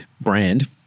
brand